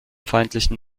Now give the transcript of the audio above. feindlichen